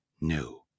new